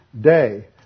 day